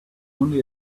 only